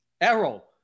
Errol